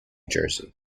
jersey